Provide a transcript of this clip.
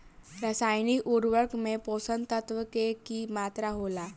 रसायनिक उर्वरक में पोषक तत्व के की मात्रा होला?